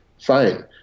Fine